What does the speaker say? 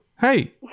Hey